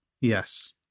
yes